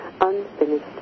unfinished